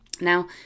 Now